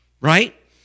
right